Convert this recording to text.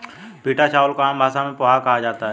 पीटा चावल को आम भाषा में पोहा कहा जाता है